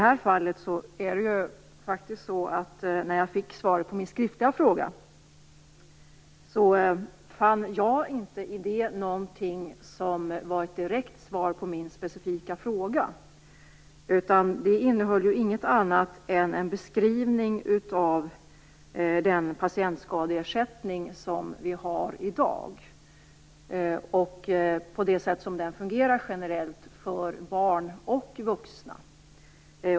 När jag i det här fallet fick svaret på min skriftliga fråga, fann jag inte någonting i det som var ett direkt svar på min specifika fråga. Det innehöll ingenting annat än en beskrivning av den patientskadeersättning vi har i dag och det sätt på vilket den fungerar generellt, för både barn och vuxna.